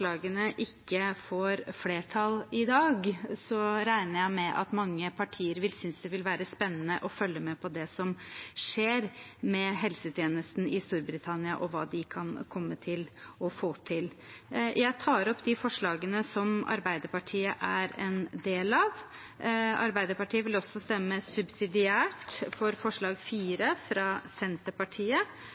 ikke får flertall i dag, regner jeg med at mange partier synes det vil være spennende å følge med på det som skjer med helsetjenesten i Storbritannia, og hva de kan komme til å få til. Jeg tar opp de forslagene som Arbeiderpartiet er med på. Arbeiderpartiet vil også stemme subsidiært for forslag nr. 4, fra Senterpartiet.